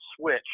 switch